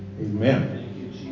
Amen